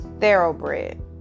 thoroughbred